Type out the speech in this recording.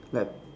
like